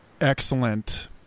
Excellent